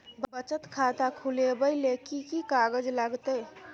बचत खाता खुलैबै ले कि की कागज लागतै?